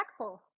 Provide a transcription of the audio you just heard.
impactful